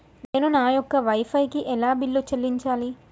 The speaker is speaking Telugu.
నేను నా యొక్క వై ఫై కి ఎలా బిల్లు చెల్లించాలి?